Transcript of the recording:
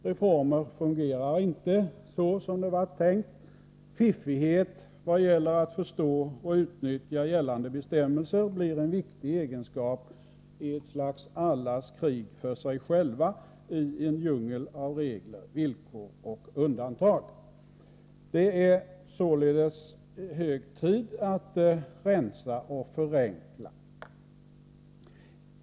Reformer fungerar inte så som det varit tänkt. Fiffighet i vad gäller att förstå och utnyttja gällande bestämmelser blir en viktig egenskap i ett slags allas krig för sig själva i en djungel av regler, villkor och undantag. Det är således hög tid att rensa och förenkla.